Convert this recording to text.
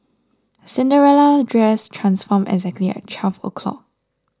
Cinderella's dress transformed exactly at twelve o' clock